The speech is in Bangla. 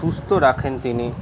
সুস্থ রাখেন তিনি